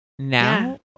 now